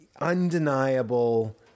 undeniable